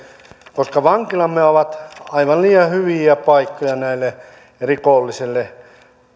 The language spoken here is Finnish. koska vankilamme ovat aivan liian hyviä paikkoja näille rikollisille